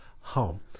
home